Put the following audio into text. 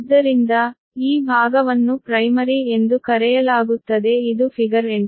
ಆದ್ದರಿಂದ ಈ ಭಾಗವನ್ನು ಪ್ರೈಮರಿ ಎಂದು ಕರೆಯಲಾಗುತ್ತದೆ ಇದು ಫಿಗರ್ 8